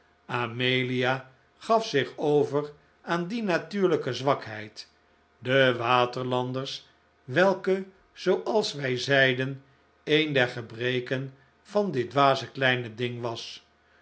amelia gaf zich over aan die natuurlijke zwakheid de waterlanders welke zooals wij zeiden een der gebreken van dit dwaze kleine ding was